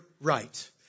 right